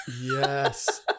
Yes